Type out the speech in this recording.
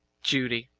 judy